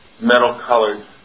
metal-colored